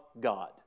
God